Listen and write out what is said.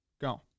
Go